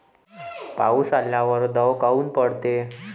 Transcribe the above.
पाऊस आल्यावर दव काऊन पडते?